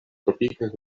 tropikaj